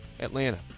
atlanta